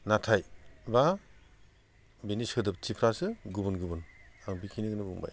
नाथाय बा बिनि सोदोबथिफ्रासो गुबुन गुबुन आं बेखिनिखौनो बुंबाय